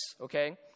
okay